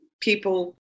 people